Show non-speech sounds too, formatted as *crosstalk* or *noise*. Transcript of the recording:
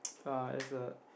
*noise* err is a